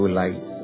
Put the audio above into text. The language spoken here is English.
light